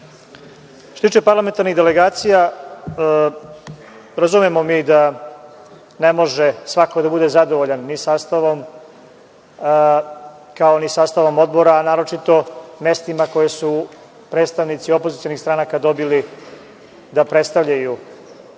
tiče parlamentarnih delegacija, razumemo mi da ne može svako da bude zadovoljan ni sastavom, kao ni sastavom odbora, a naročito mestima koja su predstavnici opozicionih stranaka dobili da predstavljaju